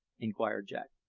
inquired jack.